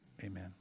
Amen